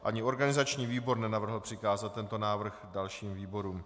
Ani organizační výbor nenavrhl přikázat tento návrh dalším výborům.